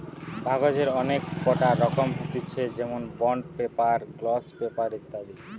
কাগজের অনেক কটা রকম হতিছে যেমনি বন্ড পেপার, গ্লস পেপার ইত্যাদি